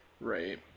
right